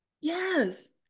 Yes